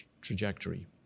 trajectory